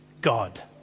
God